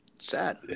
Sad